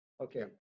Okay